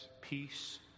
peace